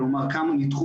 אלה דברים שלא נותנים